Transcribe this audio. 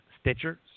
Stitcher